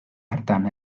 hartan